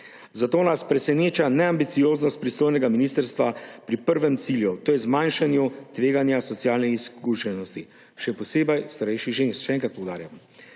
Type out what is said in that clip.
Zato nas preseneča neambicioznost pristojnega ministrstva pri prvem cilju, to je zmanjšanju tveganja socialne izključenosti, še posebej starejših žensk, še enkrat poudarjam.